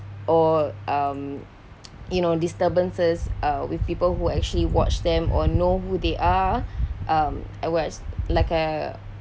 or um you know disturbances uh with people who actually watch them or know who they are um it was like a